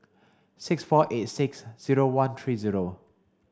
six four eight six zero one three zero